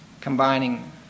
combining